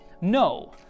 No